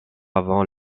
avant